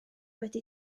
wedi